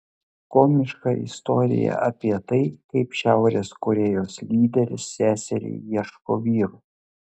komiška istorija apie tai kaip šiaurės korėjos lyderis seseriai ieško vyro